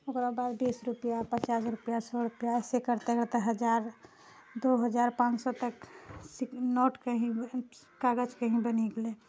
ओकरा बाद बीस रुपआ पचास रुपआ सए रुपआ ऐसे करते करते हजार दू हजार पानसो तक सि नोट कऽ ही कागज कऽ ही बनि गेलै